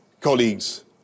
colleagues